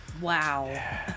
Wow